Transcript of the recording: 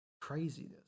Craziness